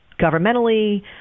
governmentally